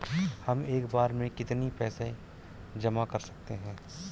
हम एक बार में कितनी पैसे जमा कर सकते हैं?